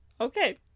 Okay